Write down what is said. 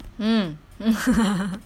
mm